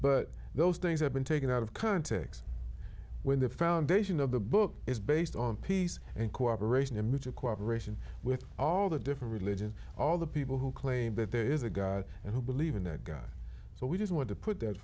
but those things have been taken out of context when the foundation of the book is based on peace and cooperation image of cooperation with all the different religions all the people who claim that there is a god who believe in god so we just want to put that